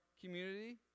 community